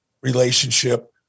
relationship